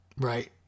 Right